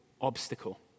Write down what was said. obstacle